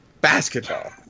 basketball